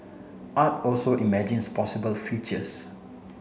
art also imagines possible futures